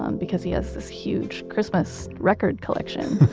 um because he has this huge christmas record collection